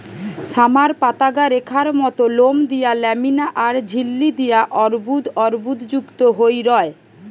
summer পাতাগা রেখার মত লোম দিয়া ল্যামিনা আর ঝিল্লি দিয়া অর্বুদ অর্বুদযুক্ত হই রয়